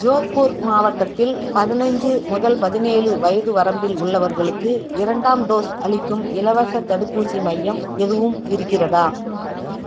ஜோத்பூர் மாவட்டத்தில் பதினஞ்சு முதல் பதினேழு வயது வரம்பில் உள்ளவர்களுக்கு இரண்டாம் டோஸ் அளிக்கும் இலவசத் தடுப்பூசி மையம் எதுவும் இருக்கிறதா